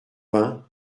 vingt